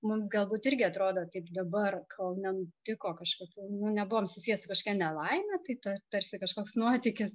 mums galbūt irgi atrodo taip dabar kol nenutiko kažkokių nu nebuvom susiję su kažkokia nelaime tai ta tarsi kažkoks nuotykis